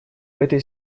этой